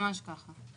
ממש ככה.